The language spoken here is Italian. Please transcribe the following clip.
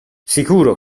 sicuro